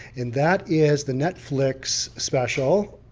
and that is the netflix special,